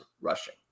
rushing